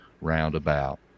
roundabout